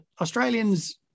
australians